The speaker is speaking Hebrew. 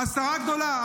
ההסתרה הגדולה,